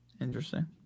interesting